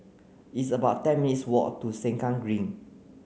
it's about ten minutes' walk to Sengkang Green